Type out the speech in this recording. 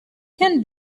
can